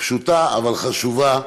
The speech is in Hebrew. פשוטה אבל חשובה.